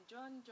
John